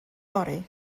fory